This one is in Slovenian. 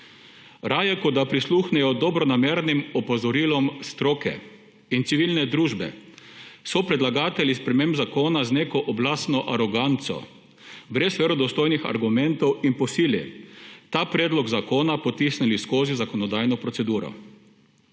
Raje, kot da prisluhnejo dobronamernim opozorilom stroke in civilne družbe, so predlagatelji sprememb zakona z neko oblastno aroganco brez verodostojnih argumentov in po sili ta predlog zakona potisnili skozi zakonodajno proceduro.